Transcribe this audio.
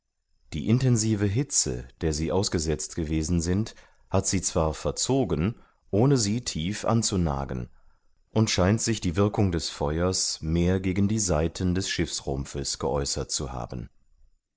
die intensive hitze der sie ausgesetzt gewesen sind hat sie zwar verzogen ohne sie tief anzunagen und scheint sich die wirkung des feuers mehr gegen die seiten des schiffsrumpfes geäußert zu haben